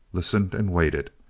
listened and waited,